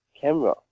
camera